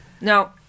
No